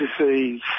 disease